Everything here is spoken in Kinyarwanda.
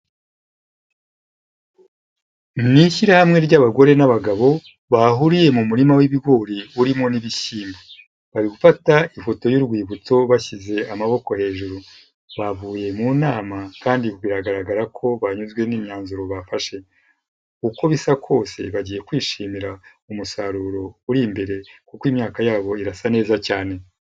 Mu ishyirahamwe ry'abagore n'abagabo bahuriye mu murima w'ibigori urimo n'ibishyimbo, bari gufata ifoto y'urwibutso bashyize amaboko hejuru, bavuye mu nama kandi biragaragara ko banyuzwe n'imyanzuro bafashe. Uko bisa kose bagiye kwishimira umusaruro uri imbere kuko imyaka yabo irasa neza cyane.